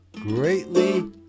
greatly